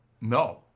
no